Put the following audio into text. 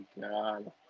God